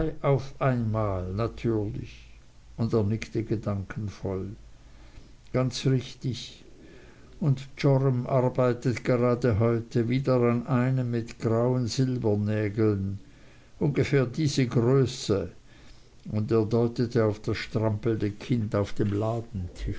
auf einmal natürlich und er nickte gedankenvoll ganz richtig und joram arbeitet grade heute wieder an einem grauen mit silbernägeln ungefähr diese größe und er deutete auf das strampelnde kind auf dem